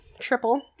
triple